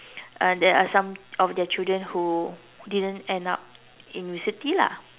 uh there are some of their children who didn't end up in university lah